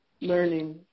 learning